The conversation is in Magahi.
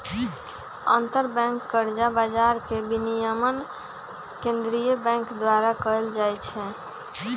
अंतरबैंक कर्जा बजार के विनियमन केंद्रीय बैंक द्वारा कएल जाइ छइ